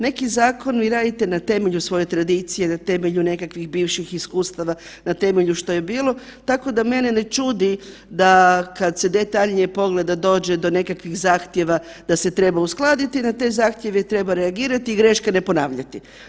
Neki zakon vi radite na temelju svoje tradicije, na temelju nekakvih bivših iskustava, na temelju što je bilo, tako da mene ne čudi da kad se detaljnije pogleda dođe do nekakvih zahtjeva da se treba uskladiti i na te zahtjeve treba reagirati, greške ne ponavljati.